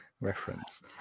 Reference